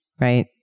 right